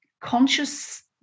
conscious